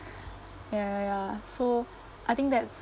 ya ya ya so I think that